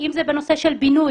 אם זה בנושא של בינוי,